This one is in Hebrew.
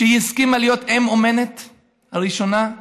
שהסכימה להיות אם אומנת ראשונה.